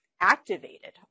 activated